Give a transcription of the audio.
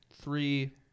Three